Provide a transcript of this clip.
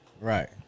Right